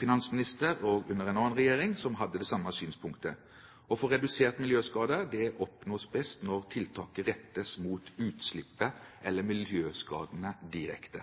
finansminister og en annen regjering som hadde det samme synspunktet. Det å redusere miljøskader oppnås best når tiltaket rettes mot utslippet eller miljøskadene direkte.